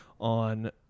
on